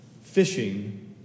fishing